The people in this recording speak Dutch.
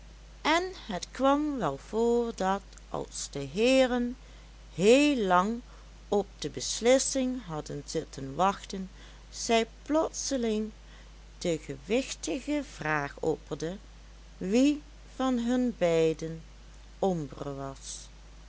en het kwam wel voor dat als de heeren heel lang op de beslissing hadden zitten wachten zij plotseling de gewichtige vraag opperde wie van hun beiden ombre was